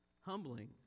humbling